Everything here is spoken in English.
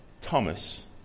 Thomas